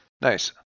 Nice